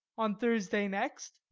on thursday next.